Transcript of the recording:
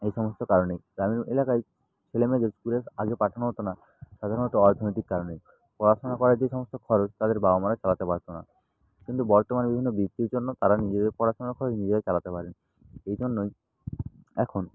এই সমস্ত কারণেই গ্রামীণ এলাকায় ছেলে মেয়েদের স্কুলে আগে পাঠানো হতো না সাধারণত অর্থনৈতিক কারণে পড়াশোনা করার যে সমস্ত খরচ তাদের বাবা মারা চালাতে পারত না কিন্তু বর্তমানে বিভিন্ন বৃত্তির জন্য তারা নিজেদের পড়াশোনার খরচ নিজেরাই চালাতে পারে এই জন্যই এখন